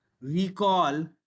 recall